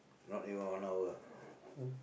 not even one hour